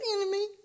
enemy